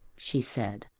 she said.